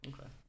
Okay